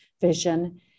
vision